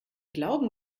glauben